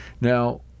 Now